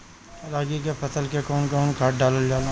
रागी के फसल मे कउन कउन खाद डालल जाला?